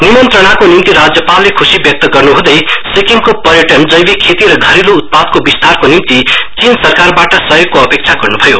निमन्त्रणाको निम्ति राज्यपालले खुशी व्यक्त गर्नुहुँदै सिक्किमको पर्यटन जेविक खेती र घरेलु उत्पादको विस्तारको निम्ति चीन सरकारबाट सहयोग अपेक्षा गर्नु भयो